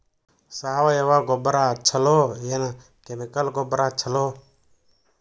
ಸಾವಯವ ಗೊಬ್ಬರ ಛಲೋ ಏನ್ ಕೆಮಿಕಲ್ ಗೊಬ್ಬರ ಛಲೋ?